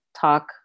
talk